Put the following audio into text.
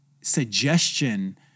suggestion